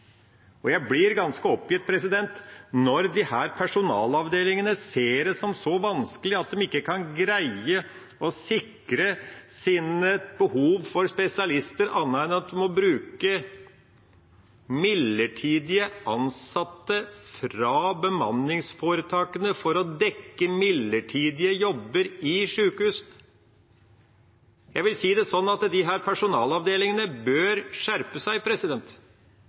Jeg blir ganske oppgitt når disse personalavdelingene ser på det som så vanskelig at de ikke kan greie å sikre sine behov for spesialister på annen måte enn at de må bruke midlertidig ansatte fra bemanningsforetakene for å dekke midlertidige jobber i sykehus. Jeg vil si det sånn at disse personalavdelingene bør skjerpe seg